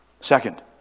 Second